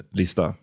lista